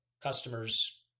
customers